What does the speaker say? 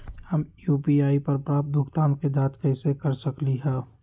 हम यू.पी.आई पर प्राप्त भुगतान के जाँच कैसे कर सकली ह?